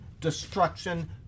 destruction